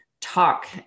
talk